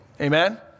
Amen